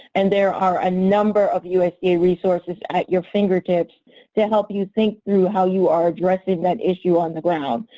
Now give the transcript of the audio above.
and there are a number of usda resources at your fingertips to help you think through how you are addressing that issue on the ground.